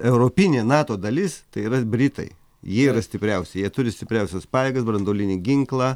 europinė nato dalis tai yra britai jie yra stipriausi jie turi stipriausias pajėgas branduolinį ginklą